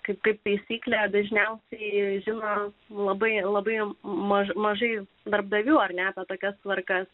kaip ir taisyklę dažniausiai ir labai labai mažai mažai darbdavių ar nebe tokias tvarkas